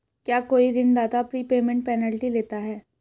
क्या कोई ऋणदाता प्रीपेमेंट पेनल्टी लेता है?